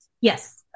Yes